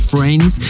Friends